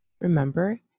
Remember